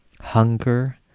hunger